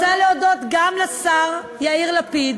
אני רוצה להודות גם לשר יאיר לפיד